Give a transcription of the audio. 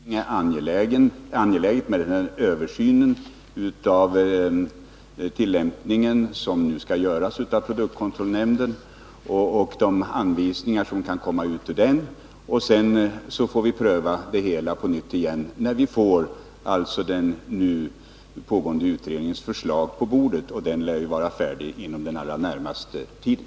Herr talman! Det är angeläget med den här översynen av tillämpningen som nu skall göras av produktkontrollnämnden. Vi får se vilka anvisningar som kan komma ut ur den översynen och sedan pröva det hela på nytt, när vi har den pågående utredningens förslag på bordet. Den lär ju vara färdig inom den allra närmaste tiden.